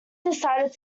decided